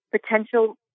potential